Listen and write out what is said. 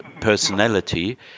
personality